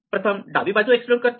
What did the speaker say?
प्रथम डावी बाजू एक्सप्लोर करते